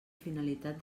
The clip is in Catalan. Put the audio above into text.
finalitat